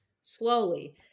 slowly